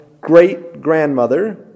great-grandmother